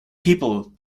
people